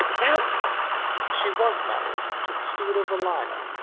damn me she was married to the steward of a liner.